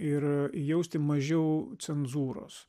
ir jausti mažiau cenzūros